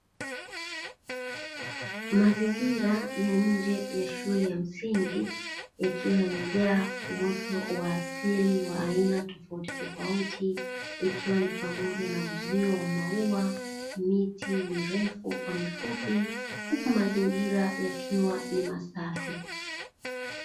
Mazingira ya nje ya shule ya msingi yakiwa yamejaa uoto wa asili wa aina tofauti tofauti ikiwa ni pamoja na uzio wa maua, miti mirefu kwa mifupi huku mazingira yakiwa ni masafi.